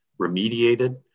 remediated